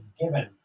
given